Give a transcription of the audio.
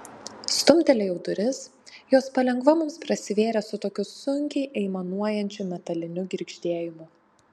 stumtelėjau duris jos palengva mums prasivėrė su tokiu sunkiai aimanuojančiu metaliniu girgždėjimu